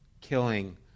killing